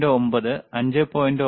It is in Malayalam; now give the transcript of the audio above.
9 5